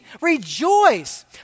Rejoice